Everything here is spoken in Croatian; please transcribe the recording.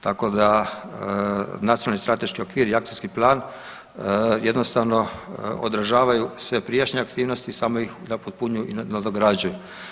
Tako da nacionalni strateški okvir i akcijski plan jednostavno odražavaju sve prijašnje aktivnosti samo ih upotpunjuju i nadograđuju.